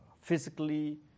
physically